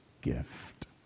gift